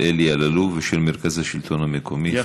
של אלי אלאלוף ושל מרכז השלטון המקומי,